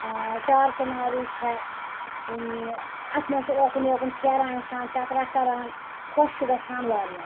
چار چِناری چھےٚ اَتھ منٛز چھِ اوکُن یوکُن پھیران اِنسان چَکرہ کَران خۄش چھُ گَژھان واریاہ